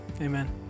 Amen